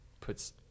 puts